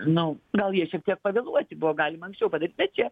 nu gal jie šiek tiek pavėluoti buvo galima padaryt bet čia